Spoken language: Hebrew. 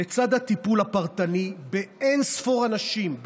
לצד הטיפול הפרטני באין-ספור אנשים,